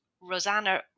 rosanna